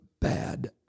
bad